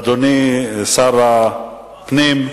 אדוני שר הפנים,